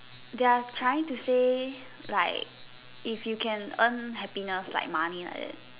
they are trying to say like if you can earn happiness like money like that